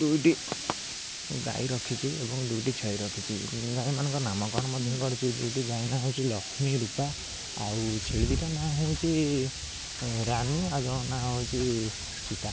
ଦୁଇଟି ଗାଈ ରଖିଛି ଏବଂ ଦୁଇଟି ଛେଳି ରଖିଛି ଗାଈମାନଙ୍କ ନାମ କରଣ ମଧ୍ୟ କରିଛି ଦୁଇଟି ଗାଈ ନାଁ ହେଉଛି ଲକ୍ଷ୍ମୀ ରୂପା ଆଉ ଛେଳି ଦୁଇଟା ନା ହେଉଛି ରାନି ଆଉ ଜଣଙ୍କ ନା ହେଉଛି ସୀତା